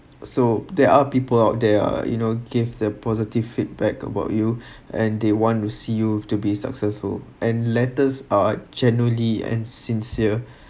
so there are people out there are you know give the positive feedback about you and they want to see you to be successful and letters are genuinely and sincere